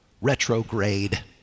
retrograde